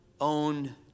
own